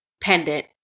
pendant